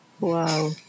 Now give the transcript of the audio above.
Wow